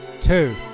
two